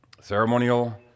Ceremonial